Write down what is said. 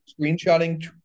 Screenshotting